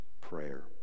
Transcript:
prayer